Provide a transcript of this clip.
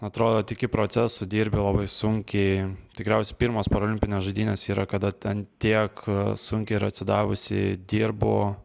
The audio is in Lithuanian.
atrodo tiki procesu dirbi labai sunkiai tikriausiai pirmos parolimpinės žaidynės yra kada ten tiek sunkiai ir atsidavusiai dirbu